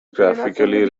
graphically